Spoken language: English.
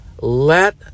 Let